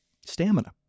Stamina